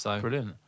Brilliant